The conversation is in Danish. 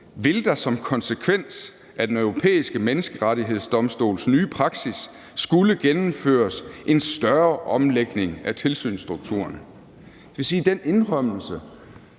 vil der som konsekvens af Den Europæiske Menneskerettighedsdomstols nye praksis skulle gennemføres en større omlægning af tilsynsstrukturerne. Det vil sige, at den indrømmelse,